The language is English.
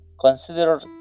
Consider